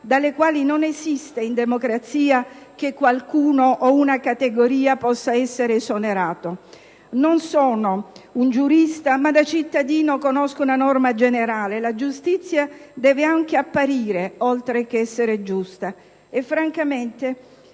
dalle quali non esiste in democrazia che qualcuno o una categoria possa essere esonerato. Non sono un giurista, ma da cittadina conosco una norma generale: la giustizia deve anche apparire, oltre che essere, giusta. Francamente,